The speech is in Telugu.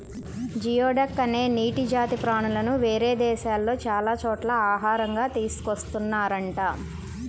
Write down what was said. జియోడక్ అనే నీటి జాతి ప్రాణులను వేరే దేశాల్లో చాలా చోట్ల ఆహారంగా తీసుకున్తున్నారంట